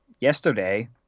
yesterday